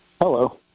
Hello